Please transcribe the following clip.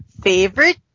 Favorite